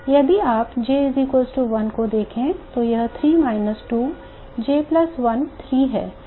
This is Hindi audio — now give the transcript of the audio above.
यदि आप J 1 को देखें तो यह 3 - 2 J 1 3 है